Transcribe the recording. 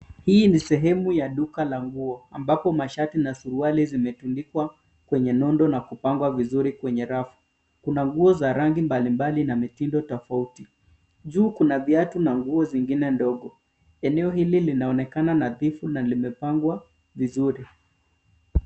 Hii ni sehemu ya duka la nguo, ambapo mashati na suruali zimetundikwa kwenye nondo na kupangwa vizuri kwenye rafu. Kuna nguo za rangi mbalimbali na mitindo tofauti. Juu kuna viatu na nguo zingine ndogo. Eneo hili linaonekana nadhifu na limepangwa vizuri.